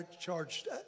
charged